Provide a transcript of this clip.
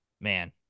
man